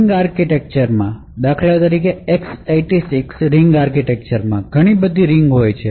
ring architecture માં દાખલા તરીકે x૮૬ રીંગ આર્કિટેક્ચરમાં ઘણી બધી રીંગ હોય છે